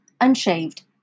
unshaved